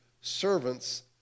servants